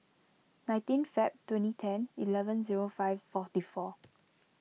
nineteen Feb twenty ten eleven zero five forty four